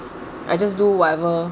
I just do whatever